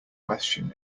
question